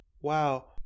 wow